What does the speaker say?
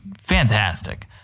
fantastic